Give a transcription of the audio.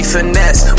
Finesse